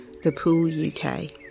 thepooluk